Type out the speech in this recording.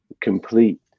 complete